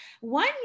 one